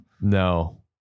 No